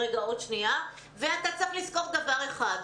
אתה גם צריך לזכור דבר אחד: